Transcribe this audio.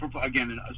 again